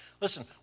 Listen